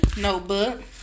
notebook